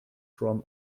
from